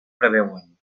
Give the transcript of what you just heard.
preveuen